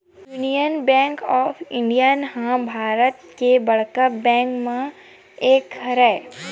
union bank of India ह भारतीय के बड़का बेंक मन म एक हरय